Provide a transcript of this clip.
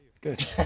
Good